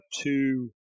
two